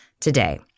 today